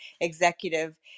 executive